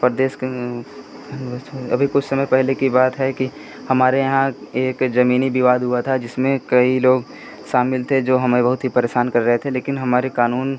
प्रदेश के अभी कुछ समय पहले की बात है कि हमारे यहाँ एक ज़मीनी विवाद हुआ था जिसमें कई लोग शाामिल थे जो हमें बहुत ही परेशान कर रहे थे लेकिन हमारे क़ानून